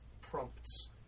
prompts